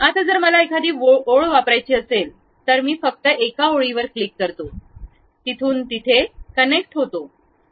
आता जर मला एखादी ओळ वापरायची असेल तर मी फक्त एका ओळीवर क्लिक करतो तिथून तेथून कनेक्ट होतो